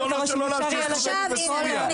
ריבונו של עולם, תהיה סטודנטית בסוריה.